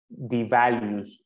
devalues